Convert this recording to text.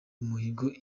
umuhigo